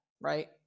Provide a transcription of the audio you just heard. Right